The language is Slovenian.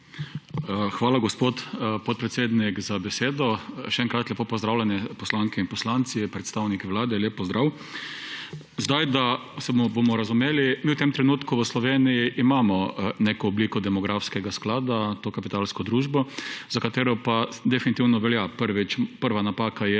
Hvala, gospod podpredsednik, za besedo. Še enkrat lepo pozdravljeni poslanke in poslanci, predstavniki Vlade, lep pozdrav! Da se bomo razumeli, mi v tem trenutku v Sloveniji imamo neko obliko demografskega sklada, to kapitalsko družbo, za katero pa definitivno velja, prvič, prva napaka je,